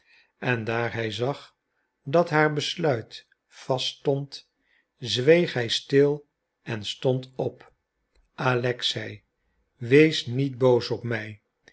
en daar hij zag dat haar besluit vast stond zweeg hij stil en stond op alexei wees niet boos op mij